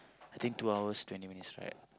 I think two hours twenty minutes right